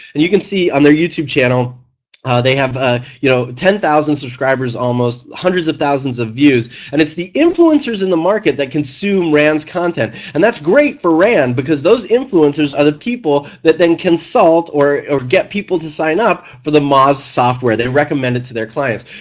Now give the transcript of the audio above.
and you can see on their youtube channel they have ah you know ten thousand subscribers almost, hundreds of thousands of views and it's the influencers in the market that consume rand's content and that's great for rand because those influencers are the people that then consult or or get people to sign up for the moz software, they recommend it to their clients.